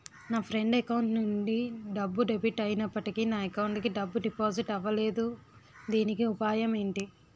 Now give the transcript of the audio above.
నా friend account నుండి డబ్బు డెబిట్ అయినప్పటికీ నా అకౌంట్ కి డబ్బు డిపాజిట్ అవ్వలేదుదీనికి ఉపాయం ఎంటి?